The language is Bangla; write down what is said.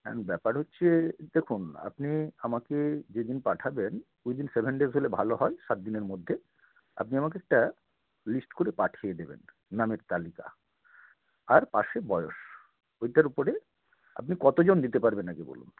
এখন ব্যাপার হচ্ছে দেখুন আপনি আমাকে যেদিন পাঠাবেন উইদিন সেভেন ডেজ হলে ভালো হয় সাত দিনের মধ্যে আপনি আমাকে একটা লিস্ট করে পাঠিয়ে দেবেন নামের তালিকা আর পাশে বয়স ওইটার ওপরে আপনি কত জন দিতে পারবেন আগে বলুন